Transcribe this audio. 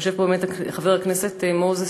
יושב פה חבר הכנסת מוזס,